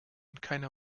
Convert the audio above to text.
keiner